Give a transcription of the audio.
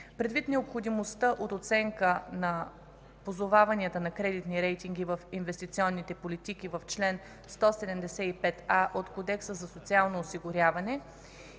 Предвид необходимостта от оценка на позоваванията на кредитни рейтинги в инвестиционните политики в чл. 175а от Кодекса за социално осигуряване